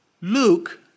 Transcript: Luke